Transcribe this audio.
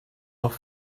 noch